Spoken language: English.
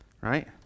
right